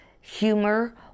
humor